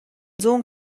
зуун